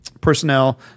personnel